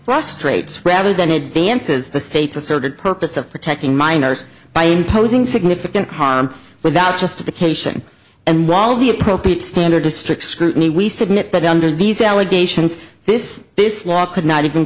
frustrates rather than advances the state's asserted purpose of protecting minors by posing significant harm without justification and while the appropriate standard of strict scrutiny we submit that under these allegations this this law could not even